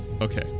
Okay